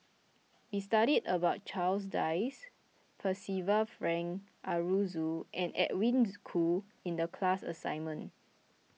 We studied about Charles Dyce Percival Frank Aroozoo and Edwin Koo in the class assignment